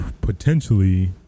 potentially